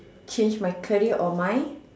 change my career or mind